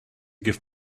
give